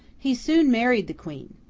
he soon married the queen.